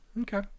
okay